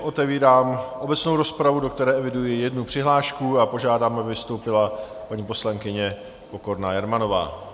Otevírám obecnou rozpravu, do které eviduji jednu přihlášku, a požádám, aby vystoupila paní poslankyně Pokorná Jermanová.